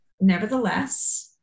Nevertheless